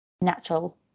natural